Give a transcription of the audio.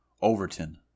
Overton